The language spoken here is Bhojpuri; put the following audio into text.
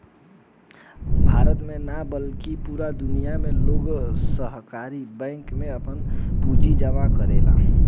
भारत में ना बल्कि पूरा दुनिया में लोग सहकारी बैंक में आपन पूंजी जामा करेलन